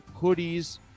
hoodies